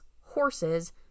horses